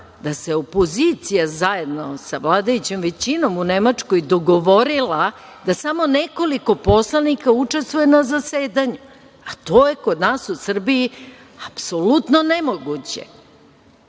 da se opozicija zajedno sa vladajućom većinom u Nemačkoj dogovorila da samo nekoliko poslanika učestvuje na zasedanju, a to je kod nas u Srbiji apsolutno nemoguće,